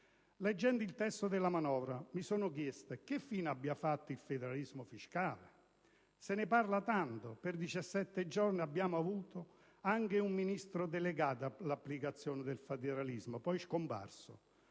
Leggendo il testo della manovra, mi sono chiesto che fine abbia fatto il federalismo fiscale. Se ne parla tanto, per diciassette giorni abbiamo avuto anche un Ministro delegato all'applicazione del federalismo, poi scomparso.